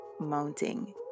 mounting